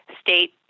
state